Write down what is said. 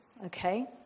Okay